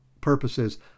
purposes